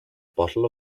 bottle